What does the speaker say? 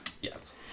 Yes